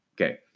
Okay